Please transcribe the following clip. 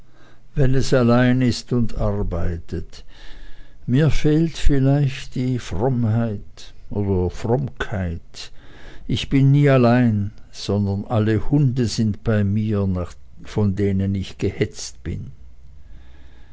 wenn es allein ist und arbeitet mir fehlt vielleicht die frommheit oder frommkeit ich bin nie allein sondern alle hunde sind bei mir mit denen ich gehetzt bin